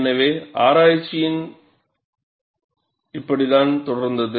எனவே ஆராய்ச்சி இப்படித்தான் தொடர்ந்தது